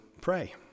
pray